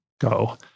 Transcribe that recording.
go